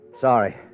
Sorry